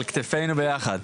על כתפינו ביחד.